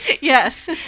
Yes